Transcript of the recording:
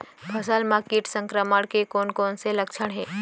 फसल म किट संक्रमण के कोन कोन से लक्षण हे?